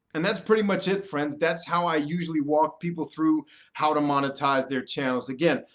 and that's pretty much it, friends. that's how i usually walk people through how to monetize their channels. again,